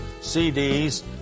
CDs